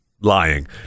lying